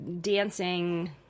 dancing